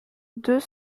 deux